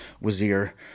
Wazir